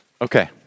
Okay